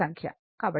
కాబట్టి I R j XL Xc